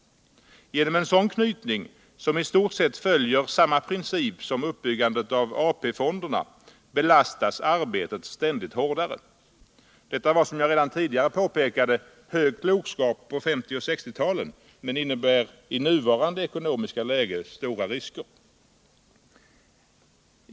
Genom en sådan knytning, som i stort sett följer samma principer som uppbyggandet av AP-fonderna, belastas arbetet ständigt hårdare. Detta var, som jag redan tidigare påpekade, hög klokskap på 1950 och 1960-talen men innebär i vårt nuvarande ekonomiska läge stora risker.